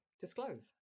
disclose